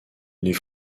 les